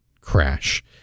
crash